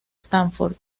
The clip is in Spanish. stanford